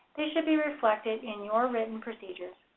they should be reflected in your written procedures.